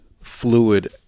fluid